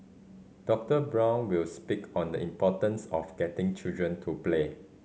Doctor Brown will speak on the importance of getting children to play